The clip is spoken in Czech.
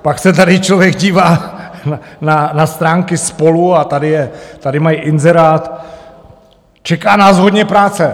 Pak se tady člověk dívá na stránky SPOLU a tady mají inzerát: Čeká nás hodně práce.